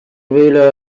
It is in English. ruler